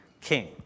king